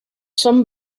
són